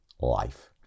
life